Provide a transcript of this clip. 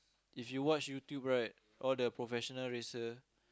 if you watch YouTube right all the professional racer